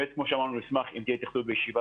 אני אשמח אם תהיה לכל הנושאים האלה התייחסות כאן בישיבה,